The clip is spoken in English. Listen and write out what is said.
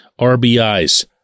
RBIs